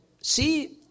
see